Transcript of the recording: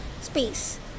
space